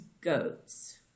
goats